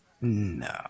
No